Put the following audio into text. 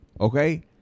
okay